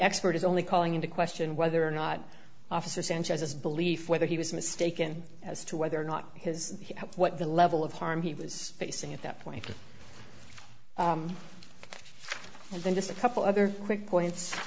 expert is only calling into question whether or not officer sanchez's belief whether he was mistaken as to whether or not his what the level of harm he was facing at that point and then just a couple other quick points